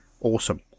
Awesome